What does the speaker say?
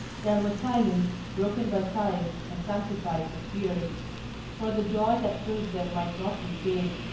there was silence, broken by sighs and sanctified with tears for the joy that filled them might not be stayed.